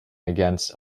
against